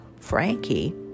Frankie